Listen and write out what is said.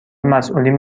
مسئولین